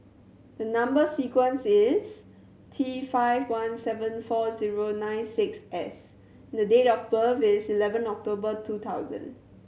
the number sequence is T five one seven four zero nine six S the date of birth is eleven October two thousand